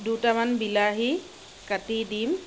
দুটামান বিলাহী কাটি দিম